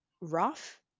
rough